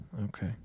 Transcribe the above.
Okay